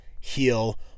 heal